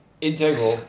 Integral